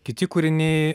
kiti kūriniai